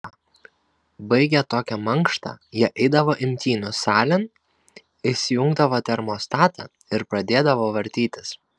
baigę tokią mankštą jie eidavo imtynių salėn įsijungdavo termostatą ir pradėdavo vartytis